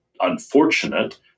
unfortunate